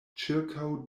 ĉirkaŭ